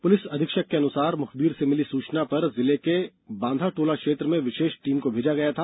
police अधीक्षक के अनुसार मुखबिर से सूचना मिलने पर जिले के बांधाटोला क्षेत्र में विशेष टीम को भेजा गया था